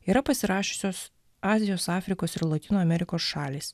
yra pasirašiusios azijos afrikos ir lotynų amerikos šalys